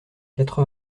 quatre